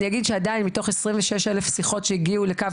אני אגיד שמתוך 26,000 שיחות שהגיעו לקו